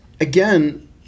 again